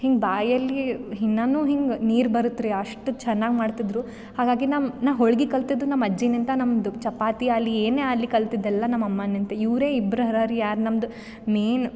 ಹಿಂಗೆ ಬಾಯಲ್ಲಿ ಇನ್ನೂನೂ ಹಿಂಗೆ ನೀರು ಬರತ್ತೆ ರೀ ಅಷ್ಟು ಚೆನ್ನಾಗೆ ಮಾಡ್ತಿದ್ರು ಹಾಗಾಗಿ ನಮ್ಮ ನಾ ಹೋಳ್ಗೆ ಕಲ್ತಿದ್ದು ನಮ್ಮ ಅಜ್ಜಿಯಿಂದ ನಮ್ದು ಚಪಾತಿ ಆಗ್ಲಿ ಏನೇ ಆಗ್ಲಿ ಕಲ್ತಿದ್ದು ಎಲ್ಲ ನಮ್ಮ ಅಮ್ಮನಿಂದ ಇವರೇ ಇಬ್ಬರು ಹರರಿ ಯಾರು ನಮ್ದು ಮೇನ್